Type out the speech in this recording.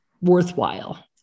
worthwhile